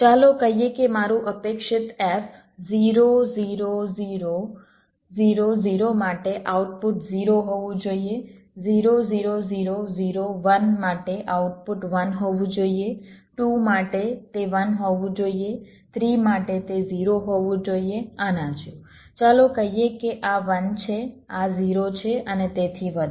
ચાલો કહીએ કે મારું અપેક્ષિત F 0 0 0 0 0 માટે આઉટપુટ 0 હોવું જોઈએ 0 0 0 0 1 માટે આઉટપુટ 1 હોવું જોઈએ 2 માટે તે 1 હોવું જોઈએ 3 માટે તે 0 હોવું જોઈએ આના જેવું ચાલો કહીએ કે આ 1 છે આ 0 છે અને તેથી વધુ